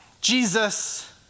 Jesus